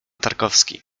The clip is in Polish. tarkowski